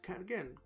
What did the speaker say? again